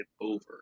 over